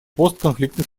постконфликтных